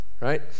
right